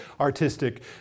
artistic